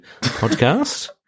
podcast